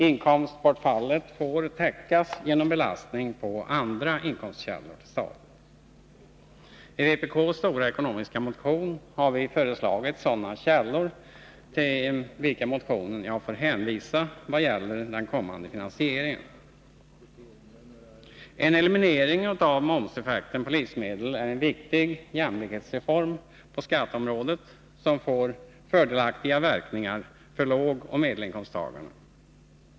Inkomstbortfallet skall täckas genom belastning på andra inkomstkällor. I vpk:s stora ekonomiska motion har vi föreslagit sådana källor, till vilken motion jag får hänvisa beträffande den kommande finansieringen. En eliminering av momseffekten på livsmedlen är en viktig jämlikhetsreform på skatteområdet, som får fördelaktiga verkningar för lågoch medelinkomsttagarna.